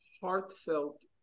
heartfelt